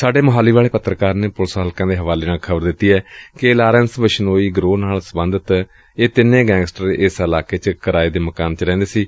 ਸਾਡੇ ਮੋਹਾਲੀ ਵਾਲੇ ਪੱਤਰਕਾਰ ਨੇ ਪੁਲਿਸ ਹਲਕਿਆਂ ਦੇ ਹਵਾਲੇ ਨਾਲ ਖਬਰ ਦਿੱਤੀ ਏ ਲਾਰੈਂਸ ਬਿਸ਼ਨੋਈ ਗਰੋਹ ਨਾਲ ਸਬੰਧਤ ਇਹ ਤਿੰਨੇ ਗੈਂਗਸਟਰ ਇਸ ਇਲਾਕੇ ਚ ਇਕ ਕਿਰਾਏ ਦੇ ਮਕਾਨ ਚ ਰਹਿੰਦੇ ਸਨ